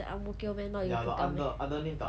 ya the under underneath the ang mo kio M_R_T